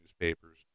newspapers